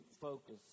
focus